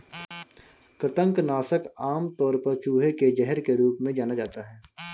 कृंतक नाशक आमतौर पर चूहे के जहर के रूप में जाना जाता है